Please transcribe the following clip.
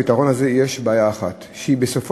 לפתרון הזה יש בעיה אחת: שהיא בסופו